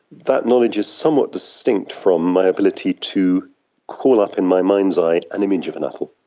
that knowledge is somewhat distinct from my ability to call up in my mind's eye an image of an apple.